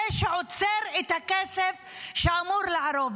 זה שעוצר את הכסף שאמור לעבור,